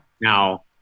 Now